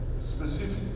specific